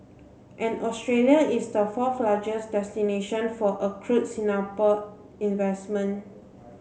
and Australia is the fourth largest destination for accrued Singapore investment